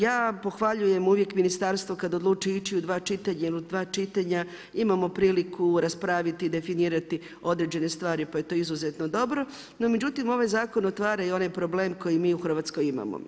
Ja pohvaljujem uvijek ministarstvo kada odluči ići u dva čitanja jel u dva čitanja imamo priliku raspraviti i definirati određene stvari pa je to izuzetno dobro, no međutim ovaj zakon otvara i onaj problem koji mi u Hrvatskoj imamo.